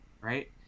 right